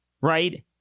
right –